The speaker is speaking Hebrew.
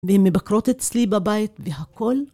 והן מבקרות אצלי בבית, והכול.